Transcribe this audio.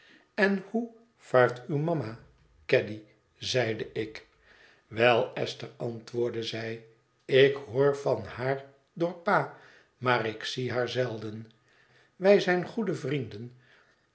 en hoe vaart uwe mama caddy zeide ik wel esther antwoordde zij ik hoor van haar door pa maar ik zie haar zelden wij zijn goede vrienden